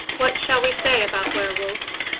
what shall we say about were-wolves?